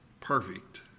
perfect